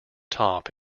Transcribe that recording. top